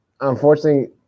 unfortunately